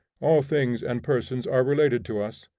all things and persons are related to us,